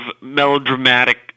melodramatic